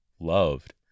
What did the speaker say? loved